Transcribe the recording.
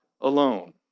alone